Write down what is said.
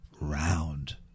round